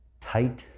Tight